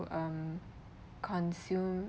um consume